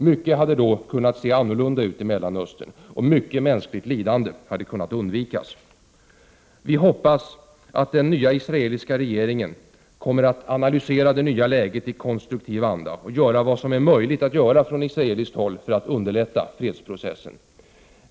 Mycket hade då kunnat se annorlunda ut i Mellanöstern, och mycket mänskligt lidande hade kunnat undvikas. Vi hoppas att den nya israeliska regeringen kommer att analysera det nya läget i konstruktiv anda och göra vad som är möjligt att göra från israeliskt håll för att underlätta fredsprocessen.